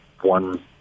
one